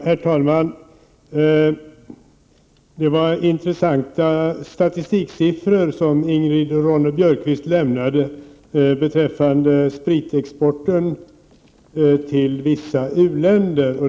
Herr talman! Det var intressanta statistiksiffror som Ingrid Ronne Björkqvist lämnade beträffande spritexporten till vissa u-länder.